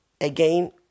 again